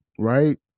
right